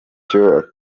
icyo